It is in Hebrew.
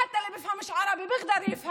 גם אחד שלא מבין ערבית יכול להבין